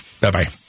Bye-bye